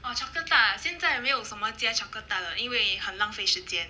oh chocolate tart ah 现在没有什么加 chocolate tart 了因为很浪费时间